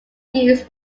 used